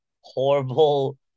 horrible